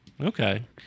Okay